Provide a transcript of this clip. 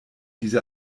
diese